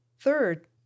Third